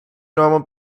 normal